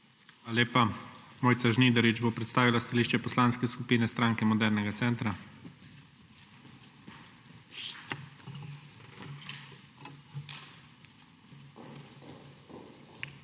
Hvala lepa. Mojca Žnidarič bo predstavila stališče Poslanske skupine Stranke modernega centra. **MOJCA